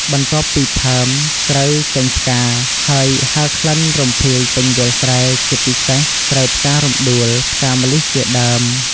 បន្ទាប់ពីផើម ស្រូវចេញផ្កាហើយហើរក្លិនរំភាយពេញវាលស្រែ ជាពិសេស ស្រូវផ្ការំដួល ផ្កាម្លិះជាដើម។